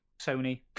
sony